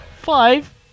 five